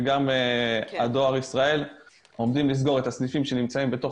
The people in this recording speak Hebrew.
וגם דואר ישראל עומדים לסגור את הסניפים שנמצאים בתוך